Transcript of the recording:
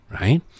Right